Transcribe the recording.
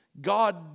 God